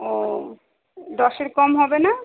ও দশের কম হবে না